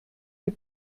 die